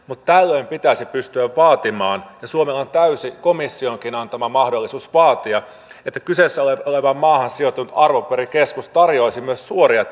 mutta tällöin pitäisi pystyä vaatimaan ja suomella on täysi komissionkin antama mahdollisuus vaatia että kyseessä olevaan maahan sijoitettu arvopaperikeskus tarjoaisi myös suoria